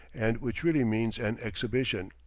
and which really means an exhibition.